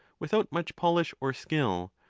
without much polish or skill,